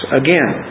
again